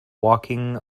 walking